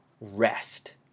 rest